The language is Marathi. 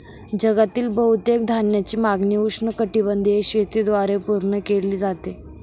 जगातील बहुतेक धान्याची मागणी उष्णकटिबंधीय शेतीद्वारे पूर्ण केली जाते